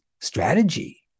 strategy